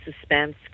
suspense